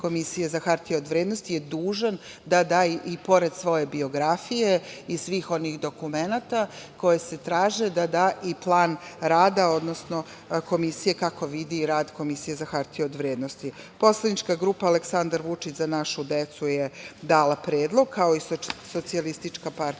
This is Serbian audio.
Komisije za hartije od vrednosti je dužan da da i pored svoje biografije i svih onih dokumenata koji se traže, da da i plan rada Komisije, odnosno kako vidi rad Komisije za hartije od vrednosti. Poslanička grupa Aleksandar Vučić – Za našu decu je dala predlog, kao i SPS. Predlozi kandidata